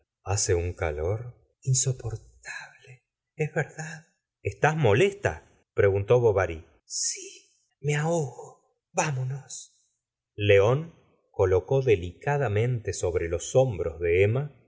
hace un e alor insoportable es verdad estás molesta preguntó bovary sí me ahog o vámonos león colocó delicadamente sobre los hombros de